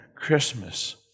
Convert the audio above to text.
Christmas